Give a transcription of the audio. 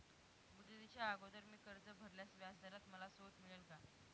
मुदतीच्या अगोदर मी कर्ज भरल्यास व्याजदरात मला सूट मिळेल का?